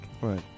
Right